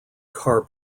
car